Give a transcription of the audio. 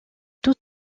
tout